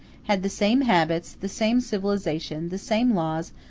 had the same habits, the same civilization, the same laws,